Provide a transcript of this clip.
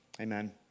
amen